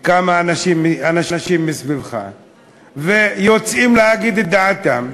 כמה אנשים מסביבך, ויוצאים להגיד את דעתם,